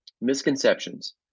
Misconceptions